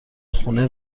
خونه